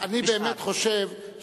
אני באמת חושב,